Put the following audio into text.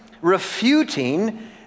refuting